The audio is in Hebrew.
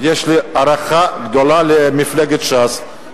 יש לי הערכה גדולה למפלגת ש"ס,